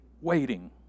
Waiting